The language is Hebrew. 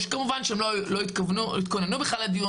שכמובן שהם לא התכוננו לדיון,